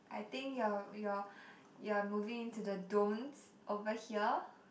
I think you're you're you're moving into the don'ts over here